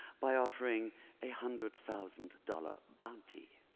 by offering a hundred thousand dollar bounty.